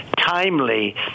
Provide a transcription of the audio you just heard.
timely